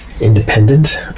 independent